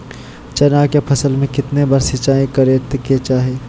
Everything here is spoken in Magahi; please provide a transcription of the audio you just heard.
चना के फसल में कितना बार सिंचाई करें के चाहि?